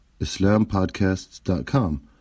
islampodcasts.com